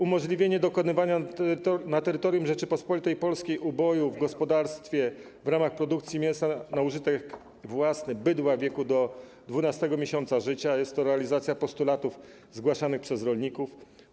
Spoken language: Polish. Umożliwienie dokonywania na terytorium Rzeczypospolitej Polskiej uboju w gospodarstwie w ramach produkcji mięsa na użytek własny bydła w wieku do 12. miesiąca życia - jest to realizacja postulatów zgłaszanych przez rolników.